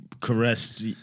caressed